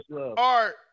Art